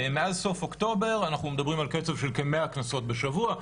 מאז סוף אוקטובר אנחנו מדברים על קצב של כ-100 קנסות בשבוע,